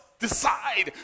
Decide